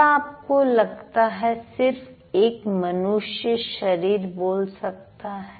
क्या आपको लगता है सिर्फ एक मनुष्य शरीर बोल सकता है